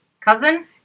cousin